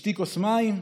תשתי כוס מים,